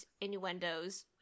innuendos